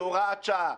זה הוראת שעה.